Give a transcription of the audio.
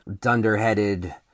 dunderheaded